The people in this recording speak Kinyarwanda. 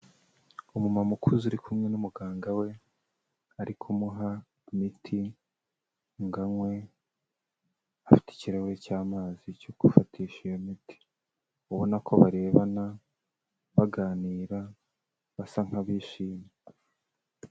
Umumama ukuze uri kumwe n'umuganga we ari kumuha imiti ngo anywe afite ikirahuri cy'amazi cyo gufatisha iyo miti, ubona ko barebana, baganira, basa nk'abishimye.